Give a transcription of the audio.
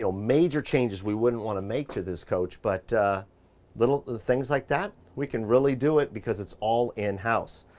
you know major changes we wouldn't wanna make to this coach, but little things like that, we can really do it because it's all in-house.